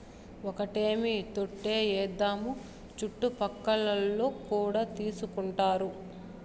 ఒక్కటేమీ తోటే ఏద్దాము చుట్టుపక్కలోల్లు కూడా తీసుకుంటారు